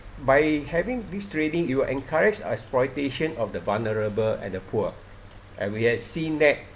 by having this trading you will encourage exploitation of the vulnerable and the poor and we have seen that